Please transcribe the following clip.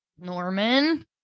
Norman